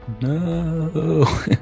No